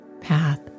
path